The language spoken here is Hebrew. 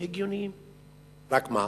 הגיוניים, רק מה?